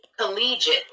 collegiate